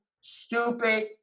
stupid